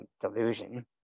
delusion